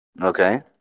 Okay